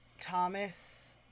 Thomas